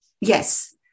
Yes